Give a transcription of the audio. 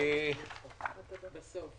אם אני לא טועה,